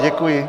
Děkuji.